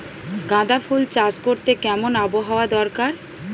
গাঁদাফুল চাষ করতে কেমন আবহাওয়া দরকার?